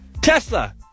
Tesla